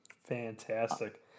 Fantastic